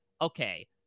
okay